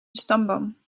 stamboom